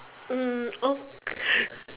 mm oh